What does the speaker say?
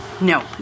No